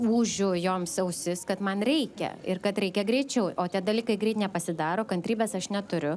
ūžiu joms ausis kad man reikia ir kad reikia greičiau o tie dalykai greit nepasidaro kantrybės aš neturiu